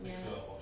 ya